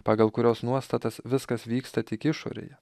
pagal kurios nuostatas viskas vyksta tik išorėje